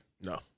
No